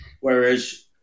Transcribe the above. Whereas